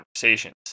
conversations